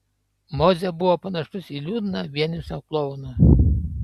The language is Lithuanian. mozė buvo panašus į liūdną vienišą klouną